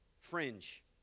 fringe